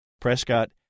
Prescott